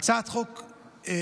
הצעת חוק טובה,